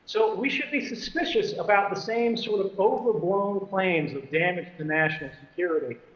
so we should be suspicious about the same sort of overblown claims of damage to national security